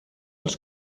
els